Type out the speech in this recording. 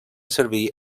servir